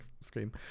screen